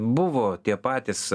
buvo tie patys